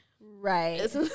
right